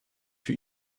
für